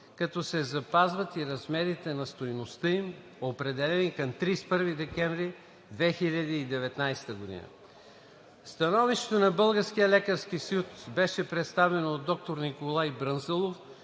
като се запазват и размерите на стойността им, определени към 31 декември 2019 г. Становището на Българския лекарски съюз (БЛС) беше представено от доктор Николай Брънзалов,